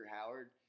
Howard